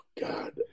God